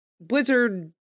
Blizzard